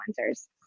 influencers